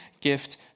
gift